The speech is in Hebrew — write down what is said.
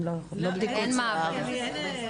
אין בדיקות שיער בארץ.